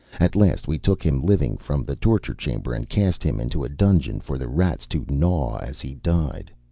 at last we took him living from the torture chamber and cast him into a dungeon for the rats to gnaw as he died.